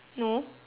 no